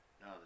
No